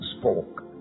spoke